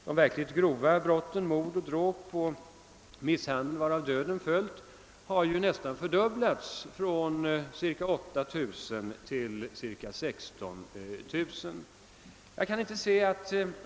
De verkligt grova brotten — mord, dråp och misshandel varav döden följt — har nästan fördubblats, från cirka 8000 till cirka 16 000.